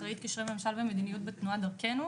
אחראית קשרי ממשל ומדיניות בתנועת דרכנו.